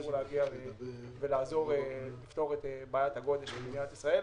שאמור לעזור לפתור את בעיית הגודש במדינת ישראל.